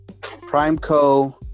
Primeco